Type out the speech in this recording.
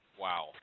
Wow